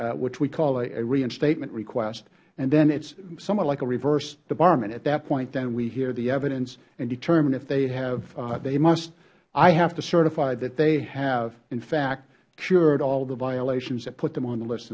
epa which we call a reinstatement request and then it is somewhat like a reverse debarment at that point then we hear the evidence and determine if they have they must i have to certify that they have in fact cured all the violations that put them on the list